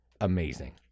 amazing